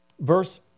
Verse